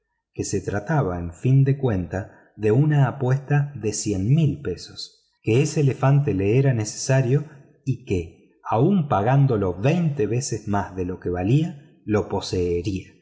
que se trataba en fin de cuentas de una apuesta de veinte mil libras que ese elefante le era necesario y que aun pagándolo veinte veces más de lo que valía lo poseería